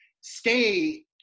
stay